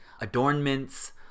adornments